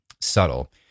subtle